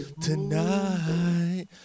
tonight